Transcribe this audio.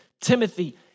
Timothy